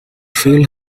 field